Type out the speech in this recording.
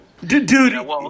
Dude